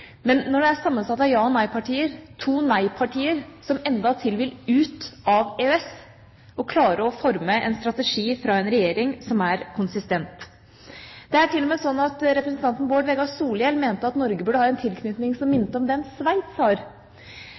to nei-partier som endatil vil ut av EØS – å klare å forme en strategi som er konsistent. Representanten Bård Vegar Solhjell mente til og med at Norge burde ha en tilknytning som minner om den som Sveits har.